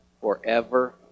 forever